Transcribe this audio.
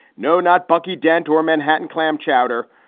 no, not bucky dent or manhattan clam chowder.